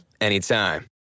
anytime